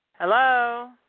Hello